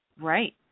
right